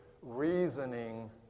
reasoning